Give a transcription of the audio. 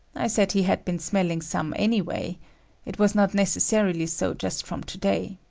i said he had been smelling some anyway it was not necessarily so just from to-day.